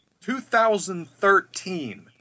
2013